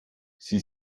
sie